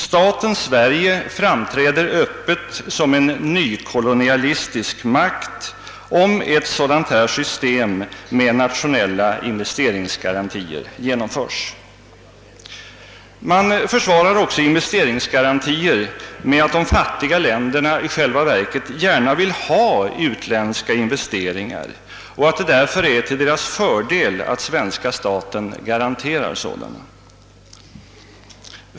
Staten Sverige framträder öppet som en nykolonialistisk makt om ett dylikt system med nationella investeringsgarantier genomförs. Man försvarar ofta investeringsgarantier med att de fattiga länderna i själva verket gärna vill ha utländska investeringar och att det därför är till deras fördel att svenska staten garanterar sådana.